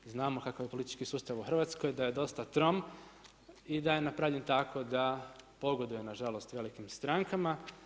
Znamo kakav je politički sustav u Hrvatskoj, da je dosta trom i da je napravljen tako da pogoduje nažalost velikim strankama.